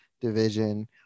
division